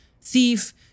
thief